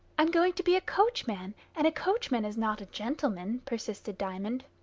i'm going to be a coachman, and a coachman is not a gentleman, persisted diamond.